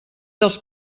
dels